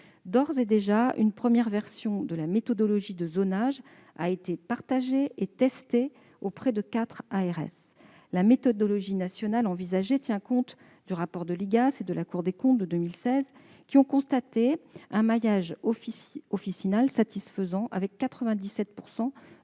D'ores et déjà, une première version de la méthodologie de zonage a été partagée et testée auprès de quatre ARS. La méthodologie nationale envisagée tient compte du rapport IGAS-IGF de 2016, confirmé par un rapport de la Cour des comptes, qui ont constaté un maillage officinal satisfaisant, avec 97